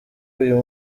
uyu